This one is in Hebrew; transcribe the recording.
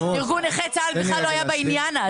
ארגון נכי צה"ל בכלל לא היה אז בעניין,